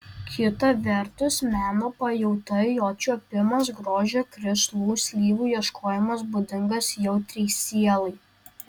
kita vertus meno pajauta jo čiuopimas grožio krislų syvų ieškojimas būdingas jautriai sielai